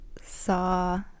saw